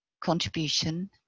contribution